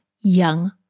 young